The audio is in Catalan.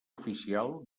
oficial